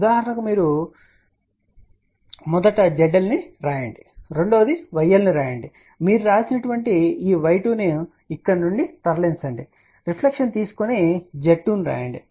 ఉదాహరణకు మొదట మీరు zL ను రాయండి రెండవది yL ను వ్రాయండి మీరు వ్రాసిన ఈ y2 ను ఇక్కడి నుండి తరలిస్తున్నారు మీరు రిఫ్లెక్షన్ తీసుకొని z2 ను రాయండి